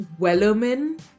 wellerman